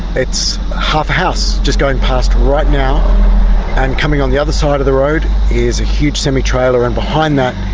it's half a house, just going past right now, and coming on the other side of the road is a huge semi-trailer and behind that,